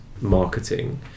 marketing